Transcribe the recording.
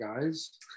guys